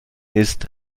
ist